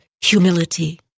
humility